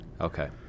Okay